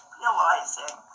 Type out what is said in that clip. realizing